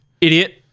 Idiot